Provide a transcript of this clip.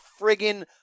friggin